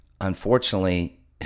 unfortunately